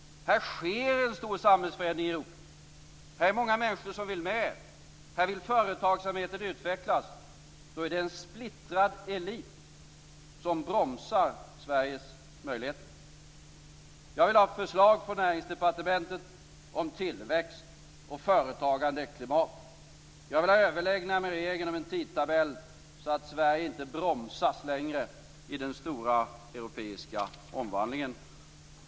Här sker en stor samhällsförändring i Europa. Det är många människor som vill med. Här vill företagsamheten utvecklas. Då är det en splittrad elit som bromsar Sveriges möjligheter. Jag vill ha förslag från Näringsdepartementet om tillväxt och företagandeklimat. Jag vill ha överläggningar med regeringen om en tidtabell så att Sverige inte bromsas längre i den stora europeiska omvandlingen.